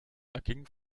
erging